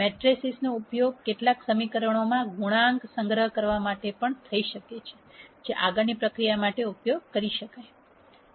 મેટ્રિસીસનો ઉપયોગ કેટલાક સમીકરણોમાં ગુણાંક સંગ્રહવા માટે પણ થઈ શકે છે જે આગળની પ્રક્રિયા માટે ઉપયોગ કરી શકાય છે